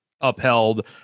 upheld